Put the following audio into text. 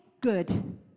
good